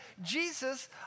Jesus